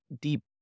deep